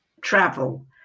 travel